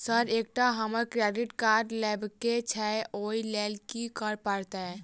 Sir एकटा हमरा credit card लेबकै छैय ओई लैल की करऽ परतै?